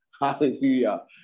Hallelujah